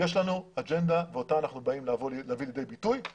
יש לנו אג'נדה ואותה אנחנו באים להביא לידי ביטוי.